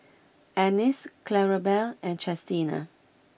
Annice Clarabelle and Chestina